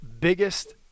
biggest